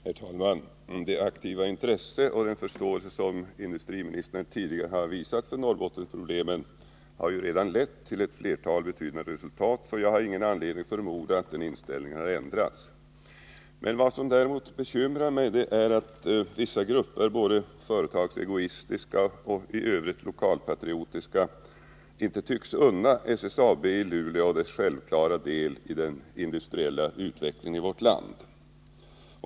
Herr talman! Det aktiva intresse och den förståelse som industriministern tidigare har visat för Norrbottens problem har redan lett till ett flertal betydande resultat, och jag har ingen anledning att förmoda att den inställningen har ändrats. Vad som däremot bekymrar mig är att vissa grupper — både företagsegoistiska och i övrigt lokalpatriotiska — inte tycks unna SSAB i Luleå dess självklara del av den industriella utvecklingen i vårt land.